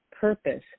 purpose